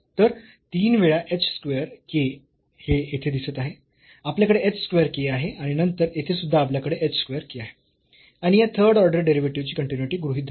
तर 3 वेळा h square k हे येथे दिसत आहे आपल्याकडे h स्क्वेअर k आहे आणि नंतर येथे सुद्धा आपल्याकडे h स्क्वेअर k आहे आणि या थर्ड ऑर्डर डेरिव्हेटिव्ह ची कन्टीन्यूईटी गृहीत धरली आहे